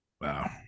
Wow